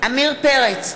עמיר פרץ,